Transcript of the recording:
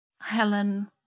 Helen